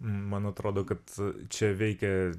man atrodo kad čia veikia